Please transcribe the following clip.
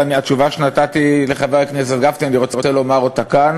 ואת התשובה שנתתי לחבר הכנסת גפני אני רוצה לומר כאן: